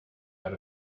out